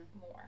more